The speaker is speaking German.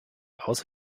aus